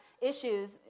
issues